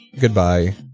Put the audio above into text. Goodbye